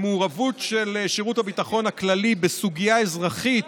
מעורבות של שירות הביטחון הכללי בסוגיה אזרחית